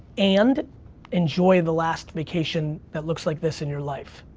and enjoy the last vacation that looks like this in your life.